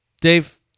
Dave